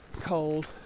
cold